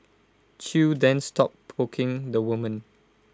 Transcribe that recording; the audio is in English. chew then stopped poking the woman